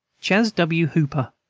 chas. w. hooper,